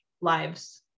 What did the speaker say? lives